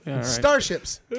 Starships